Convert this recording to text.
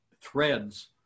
threads